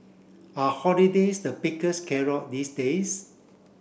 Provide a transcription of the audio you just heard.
are holidays the biggest carrot these days